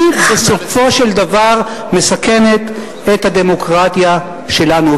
בסופו של דבר מסכנת את הדמוקרטיה שלנו.